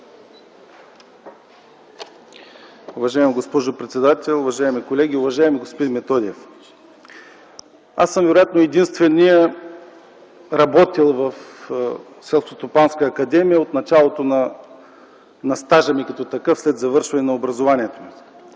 Уважаема госпожо председател, уважаеми колеги! Уважаеми господин Методиев, аз съм вероятно единственият работил в Селскостопанската академия от началото на стажа ми като такъв след завършване на образованието.